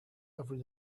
every